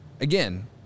again